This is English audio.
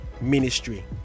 ministry